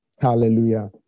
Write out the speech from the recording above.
Hallelujah